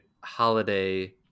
holiday